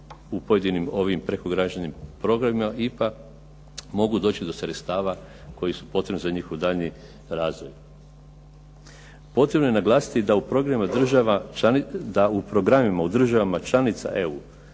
u pojedinim ovim prekograničnim programima IPA mogu doći do sredstava koji su potrebni za njihov daljnji razvoj. Potrebno je naglasiti da u programima u državama članica EU